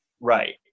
Right